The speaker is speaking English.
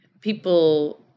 people